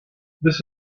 this